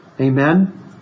Amen